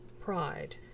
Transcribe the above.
pride